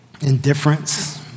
indifference